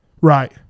Right